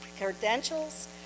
credentials